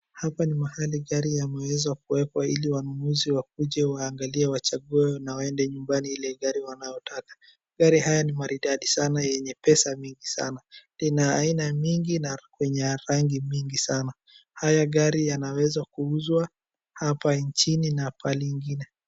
Hapa ni mahali gari yameweza kuwekwa ili wanunuzi wakuje waangalie wachague na waende nyumbani ile gari wanayotaka. Gari haya ni maridadi sana yenye pesa mingi sana. Lina aina mingi na kwenye ya rangi mingi sana. Haya gari yanaweza kuuzwa hapa nchini na pahali ingine.